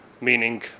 meaning